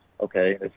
okay